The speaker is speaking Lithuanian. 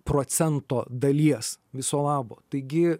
procento dalies viso labo taigi